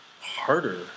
harder